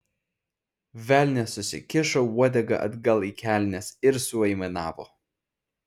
velnias susikišo uodegą atgal į kelnes ir suaimanavo